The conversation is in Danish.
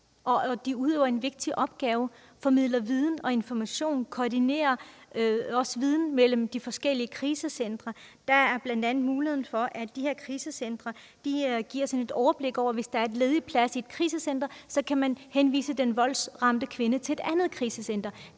at de løser en vigtig opgave, formidler viden og information, koordinerer viden mellem de forskellige krisecentre. Der er bl.a. mulighed for at give de her krisecentre et overblik over situationen. Hvis der ikke er ledige pladser på et krisecenter, kan man henvise den voldsramte kvinde til et andet krisecenter.